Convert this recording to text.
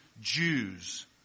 Jews